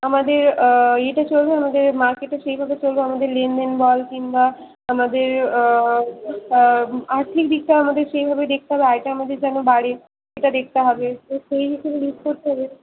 আমাদের ইয়েটা চলবে আমাদের মার্কেটও সেইভাবে চলবে আমাদের লেনদেন বল কিংবা আমাদের আর্থিক দিকটা আমাদের সেইভাবে দেখতে হবে আয়টা আমাদের যেন বাড়ে সেটা দেখতে হবে তো সেই হিসেবে লিস্ট করতে হবে